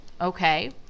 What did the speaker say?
okay